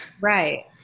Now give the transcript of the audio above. Right